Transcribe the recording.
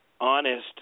Honest